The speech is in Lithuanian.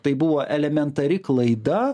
tai buvo elementari klaida